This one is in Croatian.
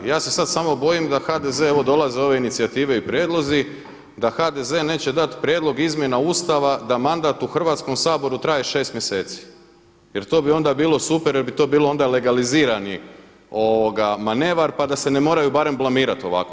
Ja se sada samo bojim da HDZ evo dolaze ove inicijative i prijedlozi da HDZ neće dati prijedlog izmjena Ustava da mandat u Hrvatskom saboru traje šest mjeseci jer to bi onda bilo super jer bi to onda bilo legalizirani manevar pa da se ne moraju barem blamirat ovako.